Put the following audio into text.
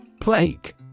Plague